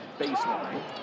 baseline